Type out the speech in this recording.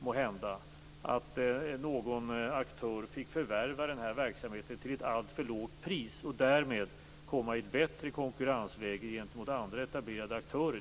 måhända innebära att någon aktör fick förvärva verksamheten till ett alltför lågt pris och därmed komma i ett bättre konkurrensläge gentemot andra, etablerade aktörer.